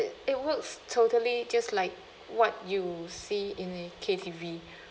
it it works totally just like what you see in the K_T_V